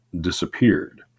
disappeared